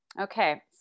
Okay